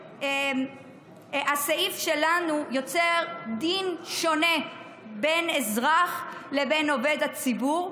אך הסעיף שלנו יוצר דין שונה בין אזרח לבין עובד הציבור,